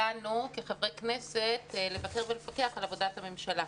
כחברי כנסת לבקר ולפקח על עבודת הממשלה.